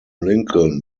lincoln